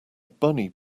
bunny